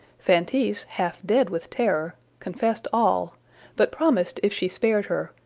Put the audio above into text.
feintise, half dead with terror, confessed all but promised, if she spared her,